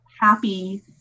Happy